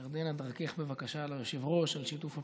ירדנה, ודרכך בבקשה ליושב-ראש, על שיתוף הפעולה.